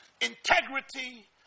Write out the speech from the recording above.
integrity